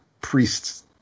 priests